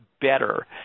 better